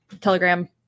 telegram